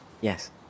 Yes